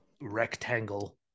rectangle